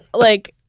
like,